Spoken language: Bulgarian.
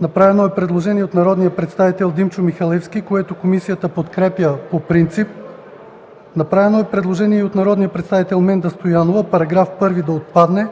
направено предложение от народния представител Димчо Михалевски, което комисията подкрепя по принцип. Направено е предложение от народния представител Менда Стоянова § 1 да отпадне.